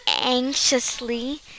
anxiously